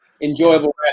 enjoyable